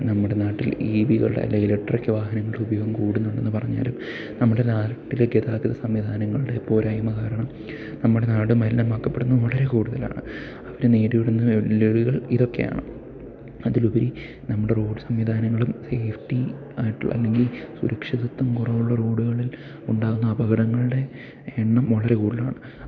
നമ്മുടെ നാട്ടിൽ ഈവികൾടെ അല്ലെങ്കിൽ ഇലക്ട്രിക് വാഹനങ്ങളുടെ ഉപയോഗം കൂടുന്നുണ്ടെന്ന് പറഞ്ഞാല് നമ്മുടെ നാട്ടിലെ ഗതാഗത സംവിധാനങ്ങളുടെ പോരായ്മ കാരണം നമ്മുടെ നാട് മലിനമാക്കപ്പെടുന്ന വളരെ കൂടുതലാണ് അവിടെ നേരിടുന്ന വെല്ലുവിളികൾ ഇതൊക്കെയാണ് അതിലുപരി നമ്മുടെ റോഡ് സംവിധാനങ്ങളും സേഫ്റ്റി ആയിട്ടുള്ള അല്ലെങ്കി സുരക്ഷിതത്വം കുറവുള്ള റോഡുകളിൽ ഉണ്ടാകുന്ന അപകടങ്ങളുടെ എണ്ണം വളരെ കൂടുതലാണ്